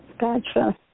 Gotcha